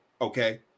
Okay